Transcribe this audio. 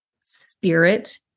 spirit